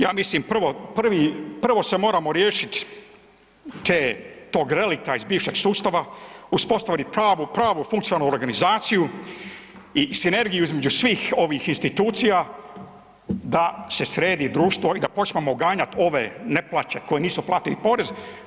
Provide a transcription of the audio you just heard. Ja mislim prvo, prvi, prvo se moramo riješit te, tog relikta iz bivšeg sustava, uspostaviti pravu, pravu funkcionalnu organizaciju i sinergiju između svih ovih institucija da se sredi društvo i da počnemo ganjat ove neplaće, koji nisu platili porez.